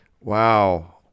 Wow